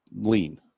lean